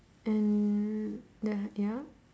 and that ya